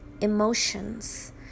emotions